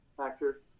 actor